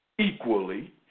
Equally